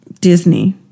disney